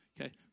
Okay